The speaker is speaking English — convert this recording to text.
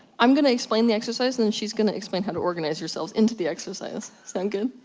i'm gonna explain the exercise and then she's gonna explain how to organize yourselves into the exercise. sound good?